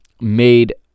made